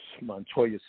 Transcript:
Montoya